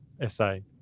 essay